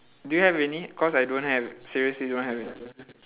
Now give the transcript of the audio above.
do you have any cause I don't have seriously don't have